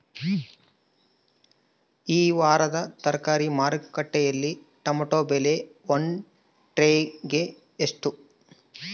ಈ ವಾರದ ತರಕಾರಿ ಮಾರುಕಟ್ಟೆಯಲ್ಲಿ ಟೊಮೆಟೊ ಬೆಲೆ ಒಂದು ಟ್ರೈ ಗೆ ಎಷ್ಟು?